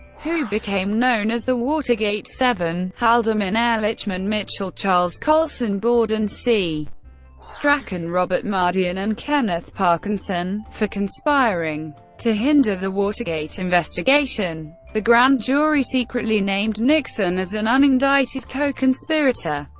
who became known as the watergate seven haldeman, ehrlichman, mitchell, charles colson, gordon c. strachan, robert mardian, and kenneth parkinson for conspiring to hinder the watergate investigation. the grand jury secretly named nixon as an unindicted co-conspirator.